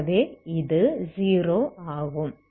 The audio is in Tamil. ஆகவே இது 0 ஆகும்